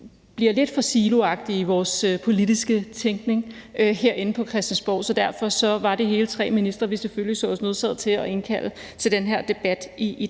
bliver lidt for siloagtige i vores politiske tænkning herinde på Christiansborg. Derfor var det hele tre ministre, vi selvfølgelig så også nødsaget til at indkalde til den her debat i dag.